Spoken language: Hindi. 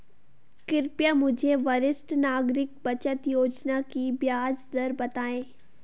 कृपया मुझे वरिष्ठ नागरिक बचत योजना की ब्याज दर बताएँ